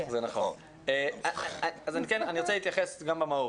אני רוצה להתייחס גם למהות.